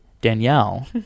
Danielle